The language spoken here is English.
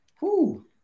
whoo